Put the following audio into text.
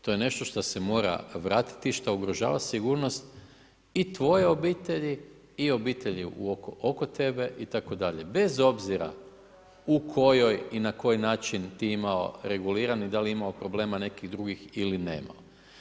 To je nešto što se mora vratiti i što ugrožava sigurnost i tvoje obitelji i obitelji oko tebe itd. bez obzira u kojoj i na koji način ti imao reguliran i da li imao problema nekih drugih ili nemao.